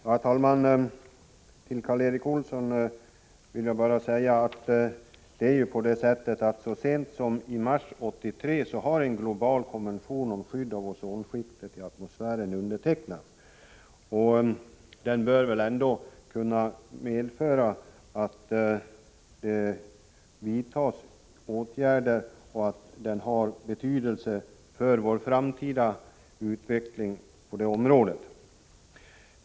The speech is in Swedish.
Herr talman! Till Karl Erik Olsson vill jag bara säga att så sent som i mars 1983 har en global konvention om skydd av ozonskiktet i atmosfären undertecknats. Den bör kunna medföra att åtgärder vidtas, och den kommer att ha betydelse för den framtida utvecklingen på det här området.